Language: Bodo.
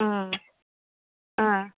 अ